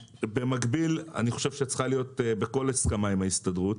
במקביל, אני חושב שבכל הסכמה עם ההסתדרות